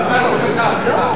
בוועדת הכלכלה, סליחה.